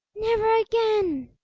never again!